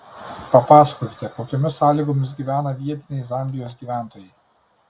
papasakokite kokiomis sąlygomis gyvena vietiniai zambijos gyventojai